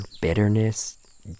bitterness